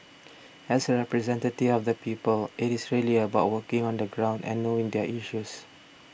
as a representative of the people it is really about working on the ground and knowing their issues